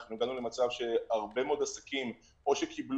אנחנו הגענו למצב שהרבה מאוד עסקים קיבלו